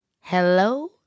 Hello